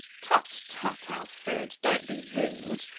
tut, tut, alfred don't be rude.